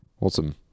awesome